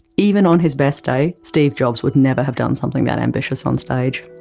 even on his best day, steve jobs would never have done something that ambitious on stage.